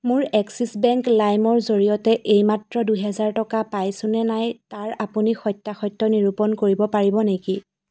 মোৰ Axis bank লাইমৰ জৰিয়তে এইমাত্ৰ দুহেজাৰ টকা পাইছো নে নাই তাৰ আপুনি সত্যাসত্য নিৰূপণ কৰিব পাৰিব নেকি